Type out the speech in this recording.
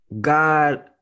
God